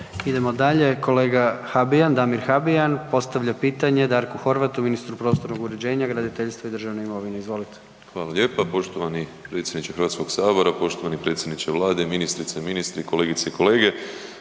Idemo dalje, kolega Damir Habijan postavlja pitanje Darku Horvatu ministru prostornog uređenja, graditeljstva i državne imovine. Izvolite. **Habijan, Damir (HDZ)** Hvala lijepa. Poštovani predsjedniče HS-a, poštovani predsjedniče Vlade, ministrice, ministri, kolegice i kolege.